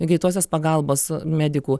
greitosios pagalbos medikų